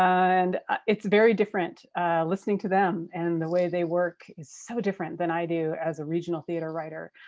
and it's very different listening to them and the way they work is so different than i do as a regional theater writer.